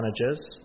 managers